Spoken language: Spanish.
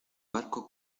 barco